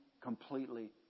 completely